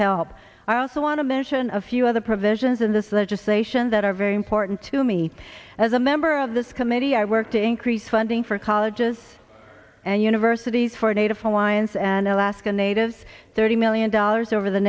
help i also want to mention a few other provisions in this legislation that are very important to me as a member of this committee i work to increase funding for colleges and universities for native hawaiians and alaska natives thirty million dollars over the